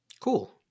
Cool